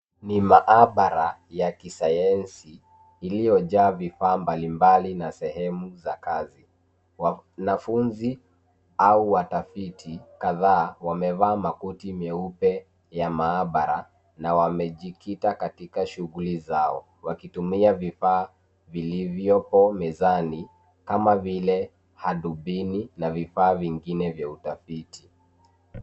Ni maabara ya kisayansi iliyojaa vifaa mbalimbali na sehemu za kazi. Wanafunzi au watafiti kadhaa wamevaa makoti meupe ya maabara na wamejikita katika shughuli zao wakitumia vifaa vilivyopo mezani kama vile hadubini na vifaa vingine vya utafiti.